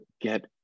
get